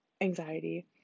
anxiety